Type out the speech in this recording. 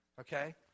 okay